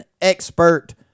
expert